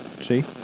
See